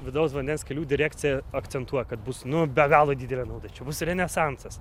vidaus vandens kelių direkcija akcentuoja kad bus nu be galo didelė nauda čia bus renesansas